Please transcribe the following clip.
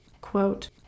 quote